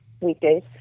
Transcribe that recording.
weekdays